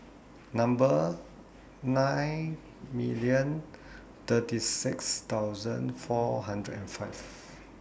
Number nine million thirty six thousand four hundred and five